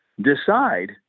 decide